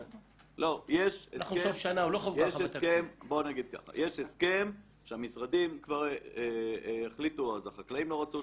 יש הסכם שהמשרדים כבר החליטו ואז החקלאים לא רצו,